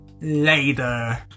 later